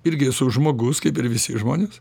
irgi esu žmogus kaip ir visi žmonės